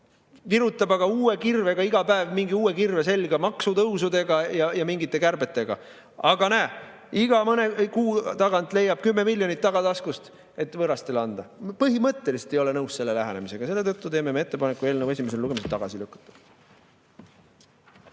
Virutab aga uue kirvega, iga päev virutab mingi uue kirve selga: maksutõusud ja mingid kärped. Aga näe, iga mõne kuu tagant leiab 10 miljonit tagataskust, et võõrastele anda. Me ei ole põhimõtteliselt nõus selle lähenemisega, selle tõttu teeme ettepaneku eelnõu esimesel lugemisel tagasi lükata.